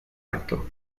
acto